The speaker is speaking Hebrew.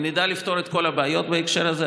האם נדע לפתור את כל הבעיות בהקשר הזה?